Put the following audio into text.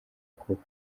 kuba